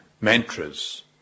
mantras